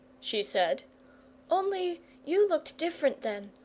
she said only you looked different then.